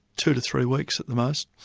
two to three weeks at the most.